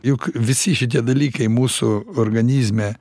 juk visi šitie dalykai mūsų organizme